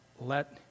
Let